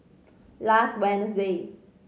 last Wednesday